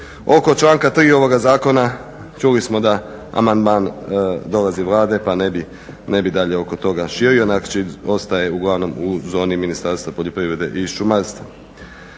Oko članak tri ovoga zakona čuli smo da amandman dolazi Vlade pa ne bi dalje oko toga širio, znači ostaje uglavnom u zoni Ministarstva poljoprivrede i šumarstva.